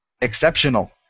Exceptional